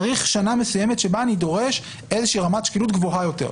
צריך שנה שבה אני דורש איזה שהיא רמת שקילות גבוהה יותר.